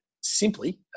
simply